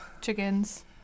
Chickens